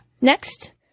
Next